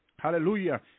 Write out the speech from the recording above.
Hallelujah